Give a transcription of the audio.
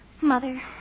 Mother